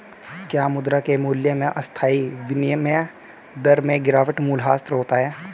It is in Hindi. क्या मुद्रा के मूल्य में अस्थायी विनिमय दर में गिरावट मूल्यह्रास होता है?